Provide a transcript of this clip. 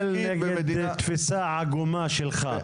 אני נגד התפיסה העקומה שלך.